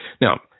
Now